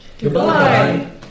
Goodbye